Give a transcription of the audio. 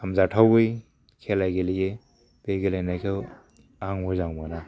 हामजाथावै खेला गेलेयो बे गेलेनायखौ आं मोजां मोना